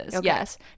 Yes